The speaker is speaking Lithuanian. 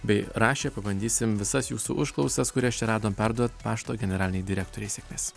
bei rašė pabandysim visas jūsų užklausas kurias čia radom perduoti pašto generalinei direktorei sėkmės